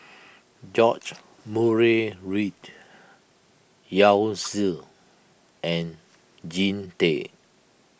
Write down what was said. George Murray Reith Yao Zi and Jean Tay